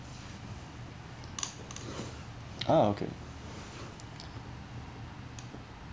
oh okay